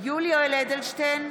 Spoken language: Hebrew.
יולי יואל אדלשטיין,